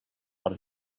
per